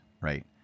right